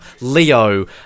Leo